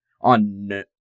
on